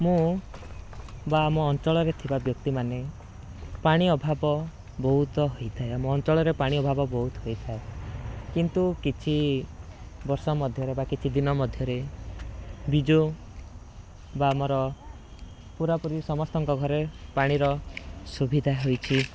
ମୁଁ ବା ଆମ ଅଞ୍ଚଳରେ ଥିବା ବ୍ୟକ୍ତି ମାନେ ପାଣି ଅଭାବ ବହୁତ ହୋଇଥାଏ ଆମ ଅଞ୍ଚଳରେ ପାଣି ଅଭାବ ବହୁତ ହୋଇଥାଏ କିନ୍ତୁ କିଛି ବର୍ଷ ମଧ୍ୟରେ ବା କିଛି ଦିନ ମଧ୍ୟରେ ବିଜୁ ବା ଆମର ପୁରାପୁରି ସମସ୍ତଙ୍କ ଘରେ ପାଣିର ସୁବିଧା ହୋଇଛି